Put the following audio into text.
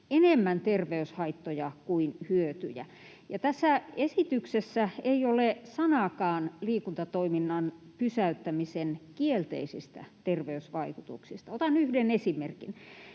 enemmän terveyshaittoja kuin -hyötyjä. Tässä esityksessä ei ole sanaakaan liikuntatoiminnan pysäyttämisen kielteisistä terveysvaikutuksista. Otan yhden esimerkin: